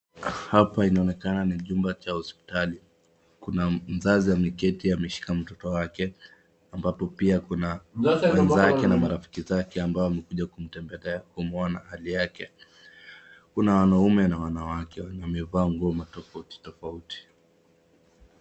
Hapa inaonekana ni jumba cha hospitali kuna mzazi ameketi ameshika mtoto wake ambapo pia kuna wenzake na marafiki zake ambao wamekuja kumtembelea kumwona hali yake kuna wanaume na wanawake ambao wamevaa nguo matofautitofauti.